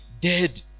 dead